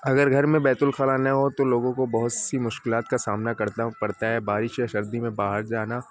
اگر گھر میں بیت الخلاء نہ ہو تو لوگوں کو بہت سی مشکلات کا سامنا کرنا پڑتا ہے بارش یا سردی میں باہر جانا